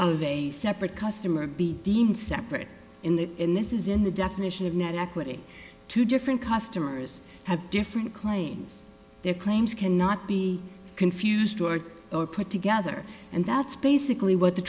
of a separate customer be deemed separate in the end this is in the definition of net equity two different customers have different claims their claims cannot be confused or put together and that's basically what the